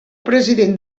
president